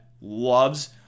Loves